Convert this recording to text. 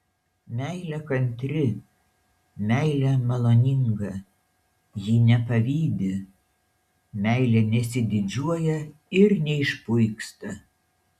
meilė kantri meilė maloninga ji nepavydi meilė nesididžiuoja ir neišpuiksta